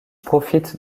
profite